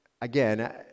again